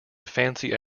fancy